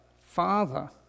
Father